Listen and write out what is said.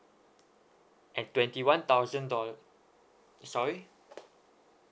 and twenty one thousand dollar sorry